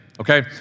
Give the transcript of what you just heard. Okay